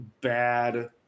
bad